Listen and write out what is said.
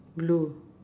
blue